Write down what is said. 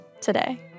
today